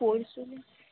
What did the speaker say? পরশুদিন